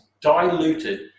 diluted